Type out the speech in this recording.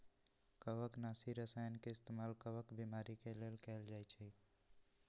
कवकनाशी रसायन के इस्तेमाल कवक बीमारी के लेल कएल जाई छई